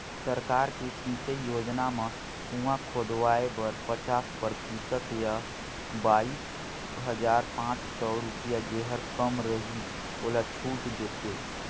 सरकार के सिंचई योजना म कुंआ खोदवाए बर पचास परतिसत य बाइस हजार पाँच सौ रुपिया जेहर कम रहि ओला छूट देथे